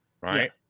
right